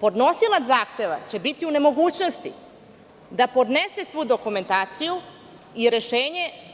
Podnosilac zahteva će biti u nemogućnosti da podnese svu dokumentaciju i